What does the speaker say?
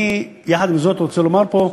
אני, יחד עם זאת, רוצה לומר פה,